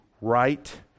right